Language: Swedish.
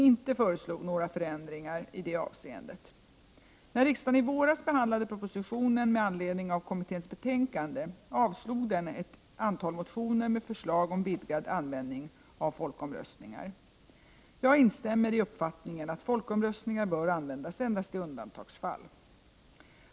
Jag instämmer i uppfattningen att folkomröstningar bör användas endast i undantagsfall.